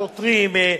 שוטרים,